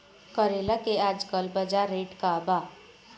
करेला के आजकल बजार रेट का बा?